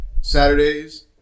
Saturdays